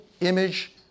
image